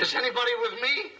just anybody with me